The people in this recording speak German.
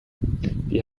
wir